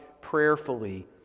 prayerfully